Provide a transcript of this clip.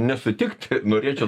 nesutikti norėčiau